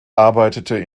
arbeitete